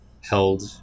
held